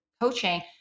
coaching